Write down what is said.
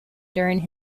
during